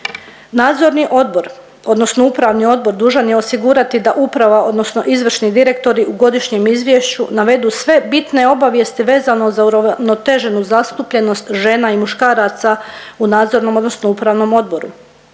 Nadzorni odbor odnosno upravni odbor dužan je osigurati da uprava odnosno izvršni direktori u godišnjem izvješću navedu sve bitne obavijesti vezano za uravnoteženu zastupljenost žena i muškaraca u nadzornom odnosno upravnom odboru